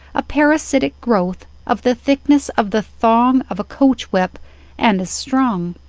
a parasitic growth of the thickness of the thong of a coach whip and as strong.